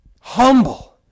humble